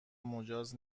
مجاز